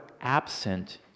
absent